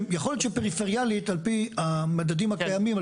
יכול להיות שפריפריאלית על פי המדדים הקיימים,